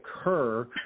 occur